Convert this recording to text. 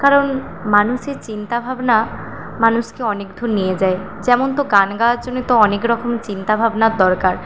কারণ মানুষের চিন্তাভাবনা মানুষকে অনেকদূর নিয়ে যায় যেমন তো গান গাওয়ার জন্যে তো অনেক রকম চিন্তাভাবনার দরকার